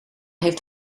heeft